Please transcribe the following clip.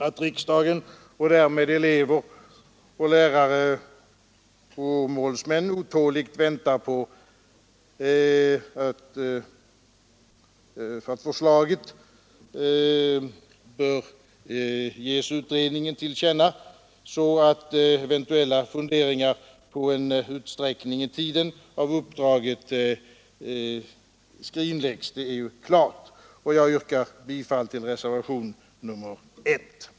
Att riksdagen och därmed elever, lärare och målsmän otåligt väntar på förslagen bör ges utredningen till känna, så att eventuella funderingar på en utsträckning i tiden av uppdraget skrinläggs. Jag yrkar bifall till reservationen 1.